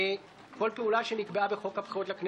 אני נותן לו לדבר.